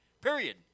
Period